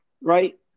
right